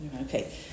Okay